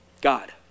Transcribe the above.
God